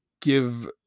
give